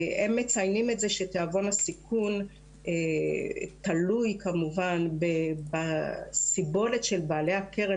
הם מציינים את זה שתיאבון הסיכון תלוי כמובן בסיבולת של בעלי הקרן